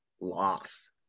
Loss